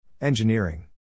Engineering